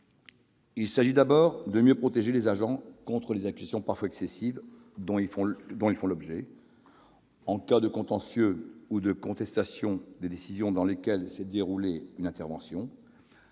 Il s'agit, d'abord, de mieux protéger les agents contre les accusations parfois excessives dont ils font l'objet. En cas de contentieux ou de contestation des conditions dans lesquelles s'est déroulée une intervention,